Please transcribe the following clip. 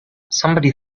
somebody